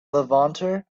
levanter